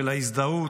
של ההזדהות,